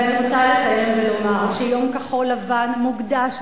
ואני רוצה לסיים ולומר שיום כחול-לבן מוקדש,